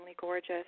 gorgeous